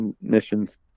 missions